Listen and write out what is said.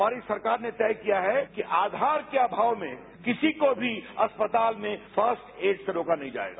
हमारी सरकार ने तय किया है कि आधार के आभाव में किसी को भी अस्पताल में फर्स्ट एड से रोका नहीं जाएगा